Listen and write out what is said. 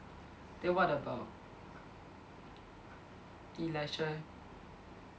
then what about Elisha